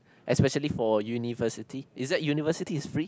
especially for university is that university is free